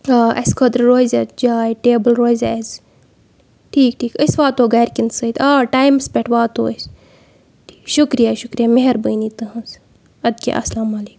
آ اَسہِ خٲطرٕ روزِ ییٚتہِ جاے ٹیبٕل روزِ آسہِ ٹھیٖک ٹھیٖک أسۍ واتو گرِ کٮ۪ن سۭتۍ ٹایمَس پٮ۪ٹھ واتو أسۍ شُکرِیا شُکرِیا مہربٲنی تُہنز اَدٕ کیاہ السلام علیکُم